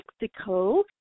Mexico